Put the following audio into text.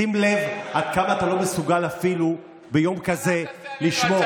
שים לב עד כמה אתה לא מסוגל אפילו ביום כזה לשמור.